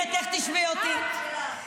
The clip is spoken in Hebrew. את רוצה לשמוע את השטויות של עצמך או